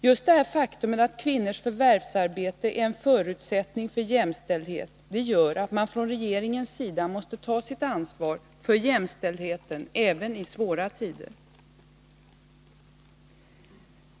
Just det faktum att kvinnors förvärvsarbete är en förutsättning för jämställdhet gör att man från regeringens sida måste ta sitt ansvar för jämställdheten även i svåra tider.